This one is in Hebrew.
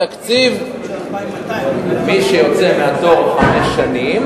התקציב, מי שיוצא מהתור חמש שנים